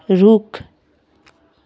रुख